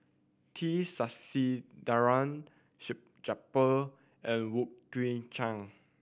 T Sasitharan Salleh Japar and Wong Kwei Cheong